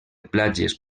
platges